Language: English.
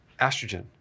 estrogen